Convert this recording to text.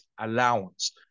allowance